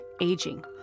aging